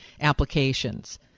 applications